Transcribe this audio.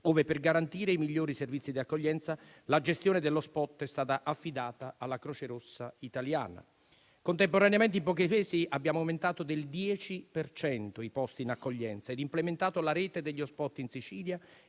ove per garantire i migliori servizi di accoglienza, la gestione dell'*hotspot* è stata affidata alla Croce Rossa Italiana. Contemporaneamente, in pochi mesi abbiamo aumentato del 10 per cento i posti in accoglienza ed implementato la rete degli *hotspot* in Sicilia